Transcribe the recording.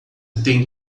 tem